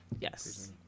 Yes